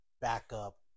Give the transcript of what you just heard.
backup